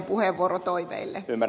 ymmärrän täysin